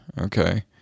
Okay